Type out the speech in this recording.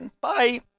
bye